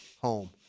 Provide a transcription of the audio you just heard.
home